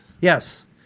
Yes